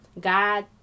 God